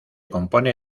compone